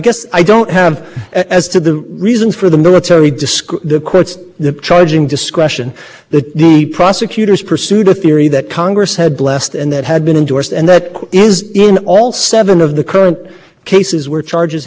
double jeopardy analysis it would depend of course what this court said but i think the important thing here is that we have a conviction from a military commission jury in the fact that the prosecution might or might not have pursued a different theory really i think is